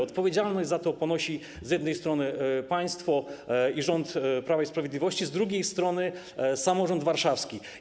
Odpowiedzialność za to ponosi z jednej strony państwo i rząd Prawa i Sprawiedliwości, z drugiej strony samorząd warszawski.